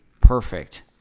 perfect